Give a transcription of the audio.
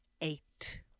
eight